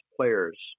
players